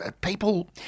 People